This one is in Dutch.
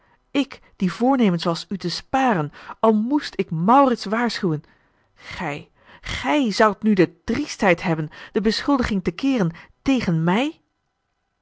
ik die voornemens was u te sparen al moest ik maurits waarschuwen gij gij zoudt nu de driestheid hebben de beschuldiging te keeren tegen mij